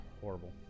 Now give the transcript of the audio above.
horrible